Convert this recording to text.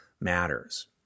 matters